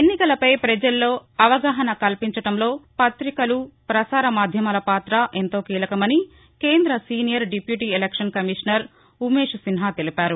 ఎన్నికలపై ప్రజల్లో అవగాహన కల్పించడంలో ప్రతికలు ప్రసార మాధ్యమాల పాత ఎంతో కీలకమని కేంద senior deputy election commissioner Umesh Sinha తెలిపారు